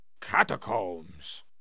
catacombs